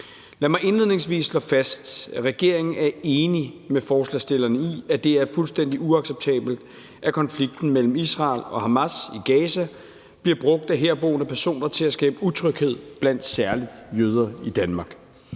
Lad mig indledningsvis slå fast, at regeringen er enig med forslagsstillerne i, at det er fuldstændig uacceptabelt, at konflikten mellem Israel og Hamas i Gaza bliver brugt af herboende personer til at skabe utryghed blandt særlig jøder i Danmark.